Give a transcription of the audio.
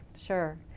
sure